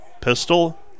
Pistol